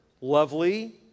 lovely